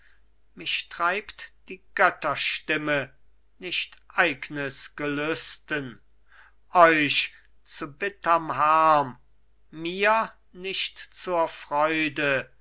mich treibt die götterstimme nicht eignes gelüsten euch zu bitterm harm mir nicht zur freude